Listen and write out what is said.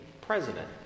president